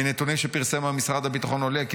מנתונים שפרסם משרד הביטחון עולה כי